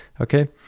Okay